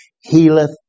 healeth